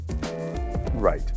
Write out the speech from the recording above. Right